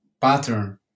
pattern